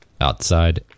Outside